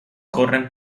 corren